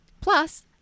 Plus